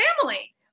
family